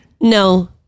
No